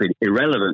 irrelevant